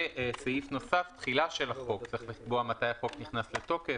וסעיף נוסף: תחילה של החוק צריך לקבוע מתי החוק נכנס לתוקף.